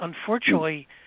unfortunately